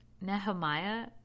Nehemiah